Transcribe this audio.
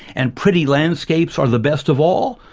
and pretty landscape are the best of all?